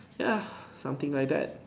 ya something like that